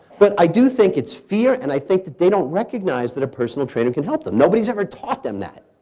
but i do think it's fear, and i think that they don't recognize that a personal trainer can help them. nobody ever taught them that.